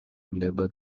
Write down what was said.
labour